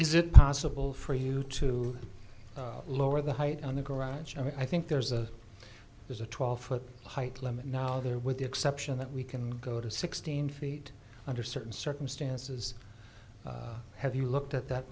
is it possible for you to lower the height on the garage and i think there's a there's a twelve foot height limit now there with the exception that we can go to sixteen feet under certain circumstances have you looked at that